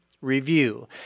review